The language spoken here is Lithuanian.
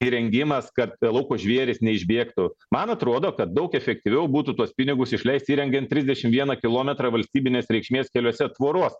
įrengimas kad lauko žvėrys neišbėgtų man atrodo kad daug efektyviau būtų tuos pinigus išleisti įrengiant trisdešimt vieną kilometrą valstybinės reikšmės keliuose tvoros